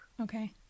Okay